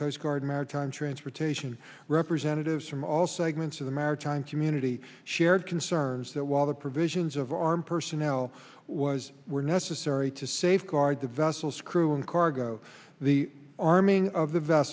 guard maritime transportation representatives from all segments of the maritime community shared concerns that while the provisions of armed personnel was were necessary to safeguard the vessels crew and cargo the arming of the v